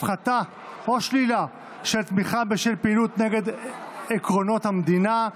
הפחתה או שלילה של תמיכה בשל פעילות נגד עקרונות המדינה),